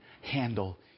handle